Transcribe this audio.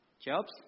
Jobs